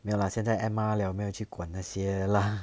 没有 lah 现在 M_R 了没有去管那些 lah